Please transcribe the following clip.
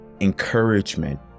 encouragement